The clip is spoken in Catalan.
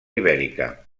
ibèrica